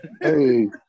Hey